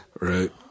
Right